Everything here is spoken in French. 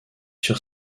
sur